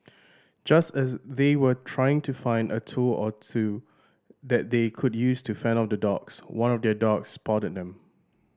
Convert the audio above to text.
just as they were trying to find a tool or two that they could use to fend off the dogs one of their dogs spotted them